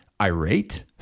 irate